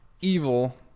evil